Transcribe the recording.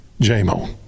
J-Mo